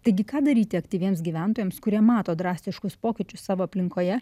taigi ką daryti aktyviems gyventojams kurie mato drastiškus pokyčius savo aplinkoje